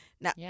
Now